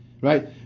right